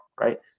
right